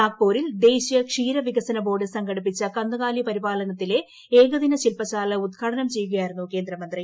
നാഗ്പൂരിൽ ദേശീയ ക്ഷീര വികസന ബോർഡ് സംഘടിപ്പിച്ച കന്നുകാലി പരിപാലനത്തിലെ ഏകദിന ശില്പശാല ഉദ്ഘാടനം ചെയ്യുകയ്കായിരുന്നു കേന്ദ്രമന്ത്രി